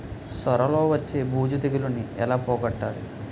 సొర లో వచ్చే బూజు తెగులని ఏల పోగొట్టాలి?